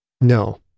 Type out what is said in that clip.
No